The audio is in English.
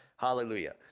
Hallelujah